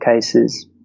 cases